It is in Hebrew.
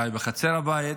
אולי בחצר הבית,